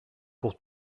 pour